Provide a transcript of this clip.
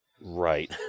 right